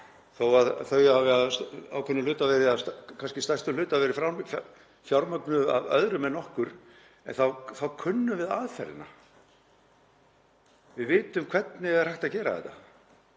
Þó að þau hafi að ákveðnum hluta, kannski stærstum hluta, verið fjármögnuð af öðrum en okkur þá kunnum við aðferðina. Við vitum hvernig er hægt að gera þetta,